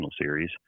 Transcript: series